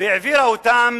והעבירה אותם